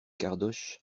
cardoche